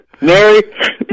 Mary